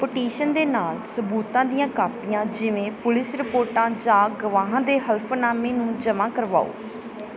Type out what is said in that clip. petition ਦੇ ਨਾਲ ਸਬੂਤਾਂ ਦੀਆਂ ਕਾਪੀਆਂ ਜਿਵੇਂ ਪੁਲਿਸ ਰਿਪੋਰਟਾਂ ਜਾਂ ਗਵਾਹਾਂ ਦੇ ਹਲਫ਼ਨਾਮੇ ਨੂੰ ਜਮ੍ਹਾਂ ਕਰਵਾਓ